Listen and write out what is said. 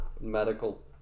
medical